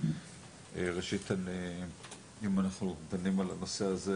אני מתנצלת על העיכוב.